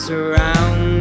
Surround